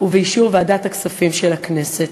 ובאישור ועדת הכספים של הכנסת.